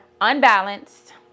unbalanced